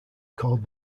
called